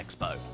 Expo